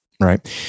Right